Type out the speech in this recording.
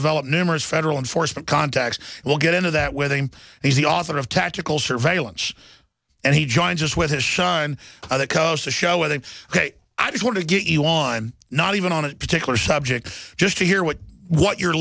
develop numerous federal enforcement contacts we'll get into that with him he's the author of tactical surveillance and he joins us with his son on the coast a show where they say i just want to get you on not even on a particular subject just to hear what what your